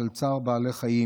של צער בעלי חיים,